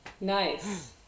Nice